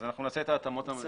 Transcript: אנחנו נעשה את ההתאמות הנדרשות.